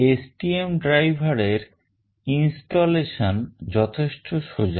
STM driverএর installation যথেষ্ট সোজা